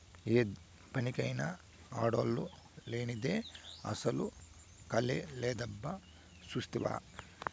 ఏ పనికైనా ఆడోల్లు లేనిదే అసల కళే లేదబ్బా సూస్తివా